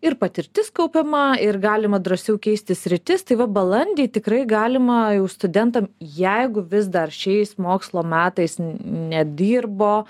ir patirtis kaupiama ir galima drąsiau keisti sritis tai va balandį tikrai galima jau studentam jeigu vis dar šiais mokslo metais nedirbo